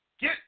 Get